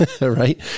right